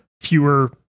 fewer